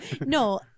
no